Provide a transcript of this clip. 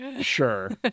sure